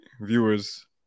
viewers